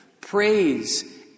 Praise